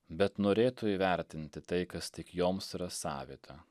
bet norėtų įvertinti tai kas tik joms yra savita